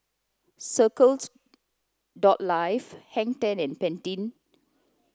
circles Life Hang Ten and Pantene